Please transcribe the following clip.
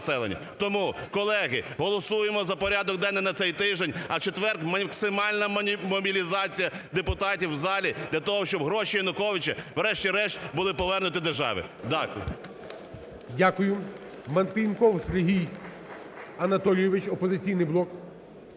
Тому, колеги, голосуємо за порядок денний на цей тиждень, а в четвер максимальна мобілізація депутатів в залі для того, щоб гроші Януковича врешті-решт були повернуті державі. Дякую.